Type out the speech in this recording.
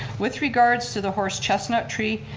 with regards to the horse chestnut tree,